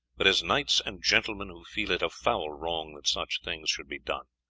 but as knights and gentlemen who feel it a foul wrong that such things should be done.